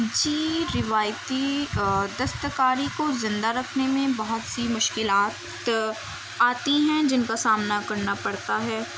جی روایتی دستکاری کو زندہ رکھنے میں بہت سی مشکلات آتی ہیں جن کا سامنا کرنا پڑتا ہے